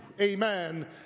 Amen